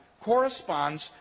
corresponds